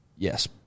Yes